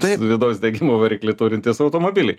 vidaus degimo variklį turintys automobiliai